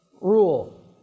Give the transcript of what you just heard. rule